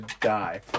die